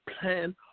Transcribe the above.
plan